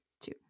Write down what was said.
two